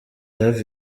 hafi